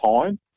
time